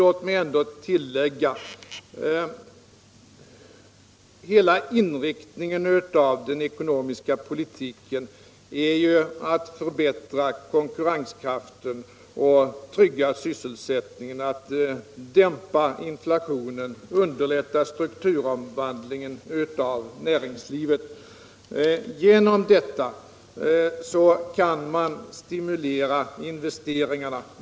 Låt mig ändå få säga följande: Hela inriktningen av den ekonomiska politiken är ju att förbättra konkurrenskraften, trygga sysselsättningen, dämpa inflationen och underlätta strukturomvandlingen av näringslivet. Genom detta kan man stimulera investeringarna.